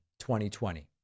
2020